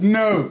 no